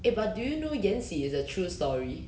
eh but did you know 延禧 is a true story